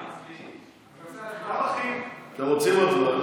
אתם רוצים הצבעה?